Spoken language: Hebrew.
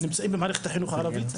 ונמצאים במערכת החינוך הערבית?